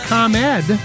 ComEd